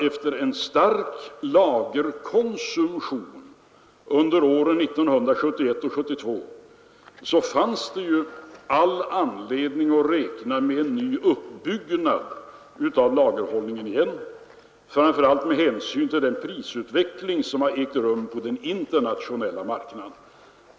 Efter en stark lagerkonsumtion under åren 1971 och 1972 fanns det all anledning att räkna med en ny uppbyggnad av lagerhållningen igen, framför allt med hänsyn till den prisutveckling som ägt rum på den internationella marknaden.